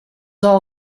all